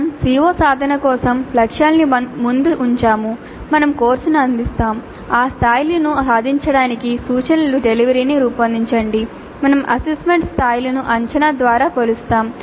మేము CO సాధన కోసం లక్ష్యాన్ని ముందు ఉంచాము మేము కోర్సును అందిస్తాము ఆ స్థాయిలను సాధించడానికి సూచనల డెలివరీని రూపొందించండి మేము అసెస్మెంట్ స్థాయిలను అంచనా ద్వారా కొలుస్తాము